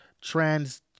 Trans-